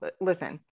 Listen